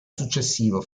successivo